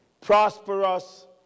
prosperous